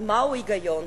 אבל מהו ההיגיון?